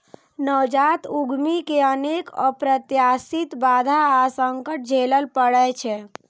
नवजात उद्यमी कें अनेक अप्रत्याशित बाधा आ संकट झेलय पड़ै छै